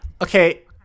Okay